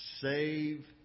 save